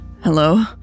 Hello